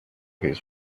his